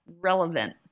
relevant